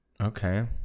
Okay